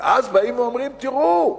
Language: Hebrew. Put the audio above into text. ואז באים ואומרים: תראו,